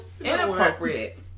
Inappropriate